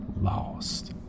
lost